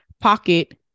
pocket